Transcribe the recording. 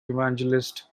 evangelist